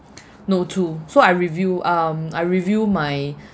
note too so I review um I review my